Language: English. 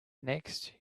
next